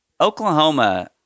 Oklahoma